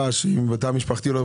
והאם הוא חלק מהתא המשפחתי או לא.